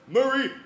Murray